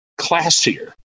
classier